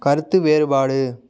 கருத்து வேறுபாடு